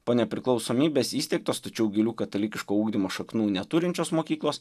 po nepriklausomybės įsteigtos tačiau gilių katalikiško ugdymo šaknų neturinčios mokyklos